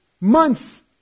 Months